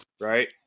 right